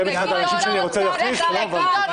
עזבי, עזבי, לכי לגדעון.